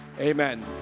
Amen